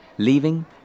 Leaving